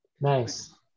nice